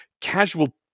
casual